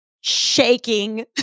shaking